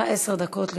בבקשה, עשר דקות לרשותך.